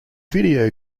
video